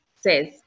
says